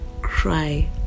cry